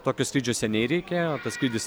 tokio skrydžio seniai reikėjo tas skrydis